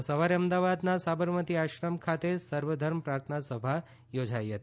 તો સવારે અમદાવાદના સાબરમતી આશ્રમ ખાતે સર્વધર્મ પ્રાર્થના સભા યોજાઇ હતી